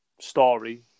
story